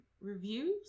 reviews